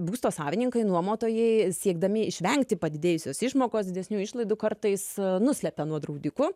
būsto savininkai nuomotojai siekdami išvengti padidėjusios išmokos didesnių išlaidų kartais nuslepia nuo draudikų